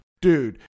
Dude